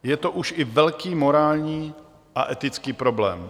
Je to už i velký morální a etický problém.